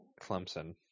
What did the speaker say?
Clemson